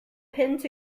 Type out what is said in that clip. pinned